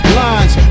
lines